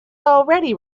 already